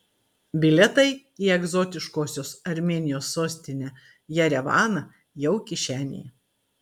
bilietai į egzotiškosios armėnijos sostinę jerevaną jau kišenėje